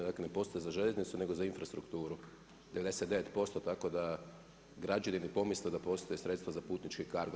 Dakle, ne postoji za željeznicu, nego za infrastrukturu 99% tako da građani ne pomisle da postoje sredstva za putnički CARGO.